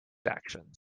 actions